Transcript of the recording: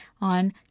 on